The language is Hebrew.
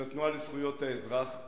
של התנועה לזכויות האזרח,